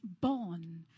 born